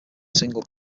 single